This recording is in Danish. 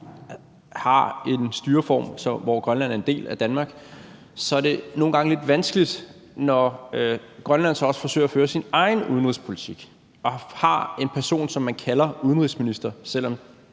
har en styreform, hvor Grønland er en del af Danmark, så er det nogle gange lidt vanskeligt, når Grønland så også forsøger at føre sin egen udenrigspolitik og har en person, som man kalder udenrigsminister, selv om